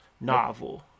novel